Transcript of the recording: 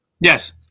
Yes